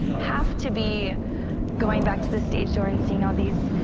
have to be going back to the stage during seeing on these.